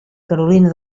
carolina